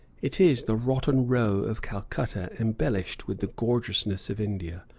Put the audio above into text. it is the rotten row of calcutta embellished with the gorgeousness of india.